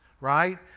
right